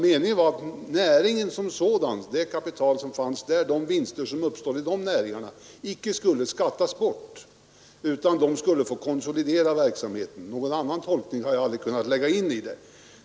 Meningen var att det kapital som fanns i näringen och de vinster som uppstod där icke skulle skattas bort, utan man skulle få konsolidera verksamheten. Någon annan tolkning har jag inte kunnat lägga in.